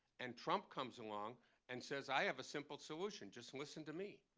and trump comes along and says, i have a simple solution. just listen to me.